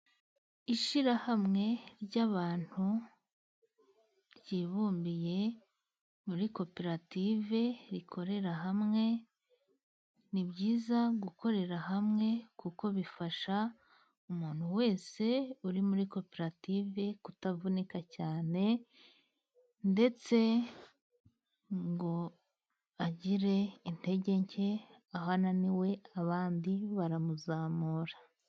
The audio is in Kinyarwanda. Ishyirahamwe ry'abantu ryibumbiye muri koperative rikorera hamwe, nibyiza gukorera hamwe kuko bifasha umuntu wese uri muri koperative kutavunika cyane ndetse ngo agire intege nke, aho ananiwe abandi baramuzamura.